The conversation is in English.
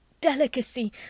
delicacy